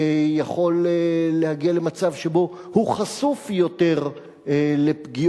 יכול להגיע למצב שבו הוא חשוף יותר לפגיעות